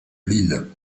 lille